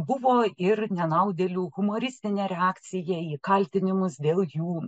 buvo ir nenaudėlių humoristinė reakcija į kaltinimus dėl jų